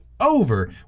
Over